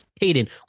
Hayden